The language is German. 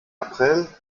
april